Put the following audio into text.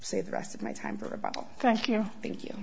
say the rest of my time for a bottle thank you thank you